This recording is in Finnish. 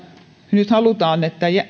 nyt halutaan että